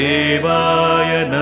Devaya